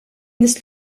nies